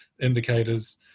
indicators